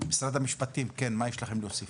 משרד המשפטים, מה יש לכם להוסיף?